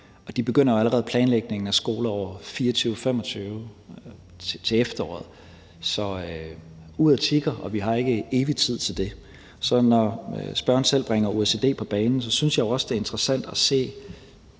de begynder allerede planlægningen af skoleåret 2024/25 til efteråret. Så uret tikker, og vi har ikke ubegrænset tid til det. Når spørgeren selv bringer OECD på banen, synes jeg jo også, det er interessant at se